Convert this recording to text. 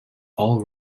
all